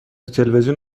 تلویزیون